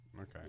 Okay